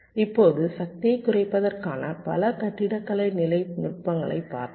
இப்போது சக்தியைக் குறைப்பதற்கான பல கட்டிடக்கலை நிலை நுட்பங்களைப் பார்த்தோம்